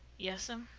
yes'm.